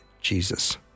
Jesus